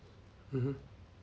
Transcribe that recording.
mmhmm